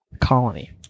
Colony